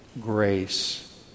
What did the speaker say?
grace